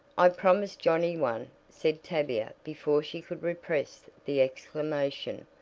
i promised johnnie one, said tavia before she could repress the exclamation.